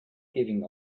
giving